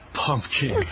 pumpkin